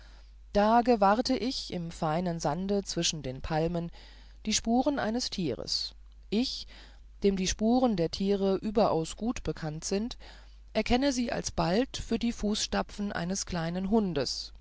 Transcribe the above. da gewahrte ich im feinen sande zwischen den palmen die spuren eines tieres ich dem die spuren der tiere überaus gut bekannt sind erkenne sie alsbald für die fußstapfen eines kleinen hundes